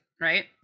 right